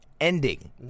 Ending